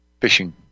fishing